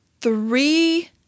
three